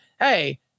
hey